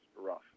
rough